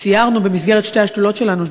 במסגרת שתי השדולות שלנו,